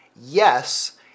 Yes